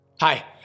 Hi